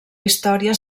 història